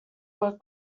were